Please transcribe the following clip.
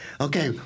Okay